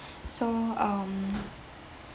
so um